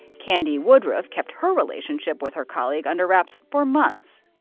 candi woodruff kept her relationship with her colleague under wraps for months.